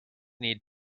need